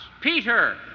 Peter